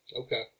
Okay